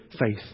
faith